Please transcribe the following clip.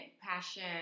passion